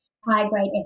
high-grade